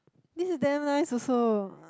this is damn nice also